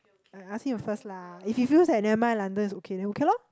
I ask him at first lah if he feels that never mind London is okay then okay lor